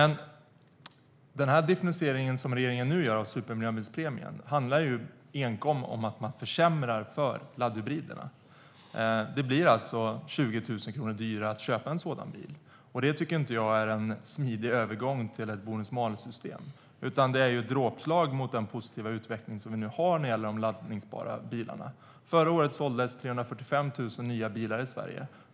Den differentiering regeringen nu gör av supermiljöbilspremien handlar dock enkom om att man försämrar för laddhybriderna. Det blir alltså 20 000 kronor dyrare att köpa en sådan bil, och det tycker inte jag är en smidig övergång till ett bonus-malus-system. Det är i stället ett dråpslag mot den positiva utveckling vi nu har när det gäller de laddningsbara elbilarna. Förra året såldes 345 000 nya bilar i Sverige.